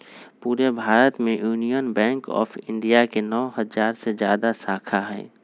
पूरे भारत में union bank of India के नौ हजार से जादा शाखा हई